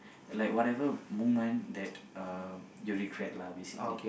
like whatever moment that uh you regret lah basically